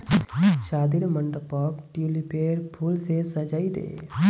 शादीर मंडपक ट्यूलिपेर फूल स सजइ दे